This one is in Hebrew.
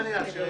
בראי הקדמה